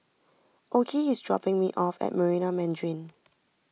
Okey is dropping me off at Marina Mandarin